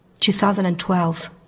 2012